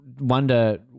Wonder